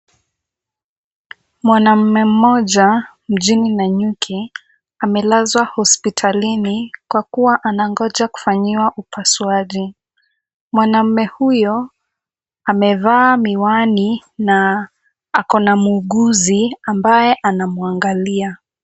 Mwanamume mmoja mjini Nanyuki amelazwa hospitalini kwa kuwa anangoja kufanyiwa upasuaji, mwanamume huyo amevaa miwani na ako na muuguzi ambaye anamwangalia.